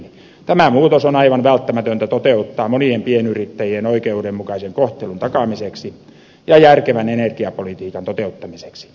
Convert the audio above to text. tämä muutos on aivan välttämätöntä toteuttaa monien pienyrittäjien oikeudenmukaisen kohtelun takaamiseksi ja järkevän energiapolitiikan toteuttamiseksi